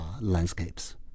landscapes